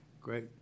great